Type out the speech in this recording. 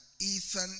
Ethan